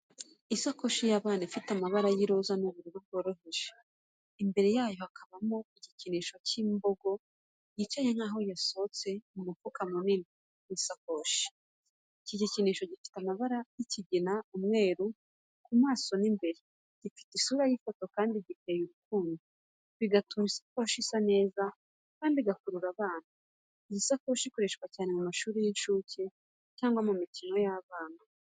Isakoshi y’abana ifite amabara y’iroza n’ubururu bworoheje, imbere yayo hakabamo igikinisho cy’imbogo yicaye nk’aho yasohotse mu mufuka munini w’isakoshi. Igikinisho gifite amabara y’ikigina n’umweru ku maso n’imbere, gifite isura y’itoto kandi giteye urukundo, bigatuma isakoshi isa neza kandi ikurura abana. Iyi sakoshi ikoreshwa cyane mu mashuri y’incuke cyangwa mu mikino y’abana.